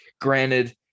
granted